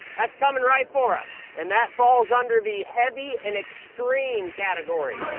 that's coming right for us. and that falls under the heavy and extreme category.